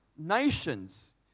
Nations